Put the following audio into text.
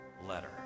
letter